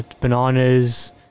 bananas